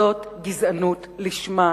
זאת גזענות לשמה,